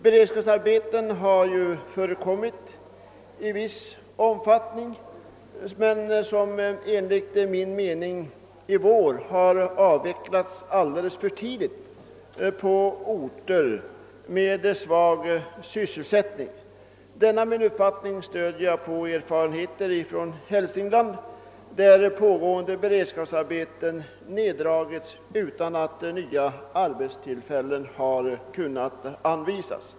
Beredskapsarbeten har förekommit i viss omfattning på orter med svag sysselsättning, men enligt min mening har de i vår avvecklats alldeles för tidigt. Denna min uppfattning stöder jag på erfarenheter från Hälsingland, där pågående beredskapsarbeten neddragits utan att nya arbetstillfällen har kunnat anvisas.